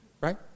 Right